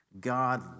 God